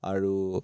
আৰু